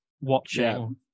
watching